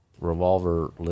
revolver